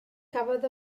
cafodd